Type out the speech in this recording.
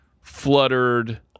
fluttered